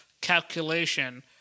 calculation